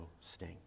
sting